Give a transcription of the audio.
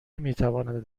میتواند